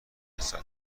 رسد